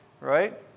Right